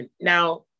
Now